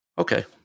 Okay